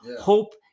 hope